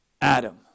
Adam